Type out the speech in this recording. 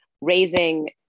raising